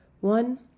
one